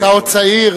אתה עוד צעיר,